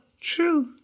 true